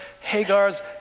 Hagar's